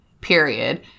period